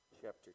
chapter